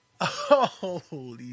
holy